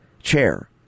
chair